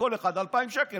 לכל אחד 2,000 שקל,